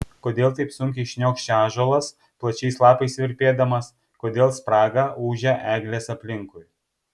kodėl taip sunkiai šniokščia ąžuolas plačiais lapais virpėdamas kodėl spraga ūžia eglės aplinkui